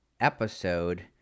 episode